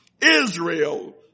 Israel